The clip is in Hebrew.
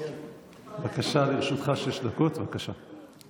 לרשותך שש דקות, בבקשה.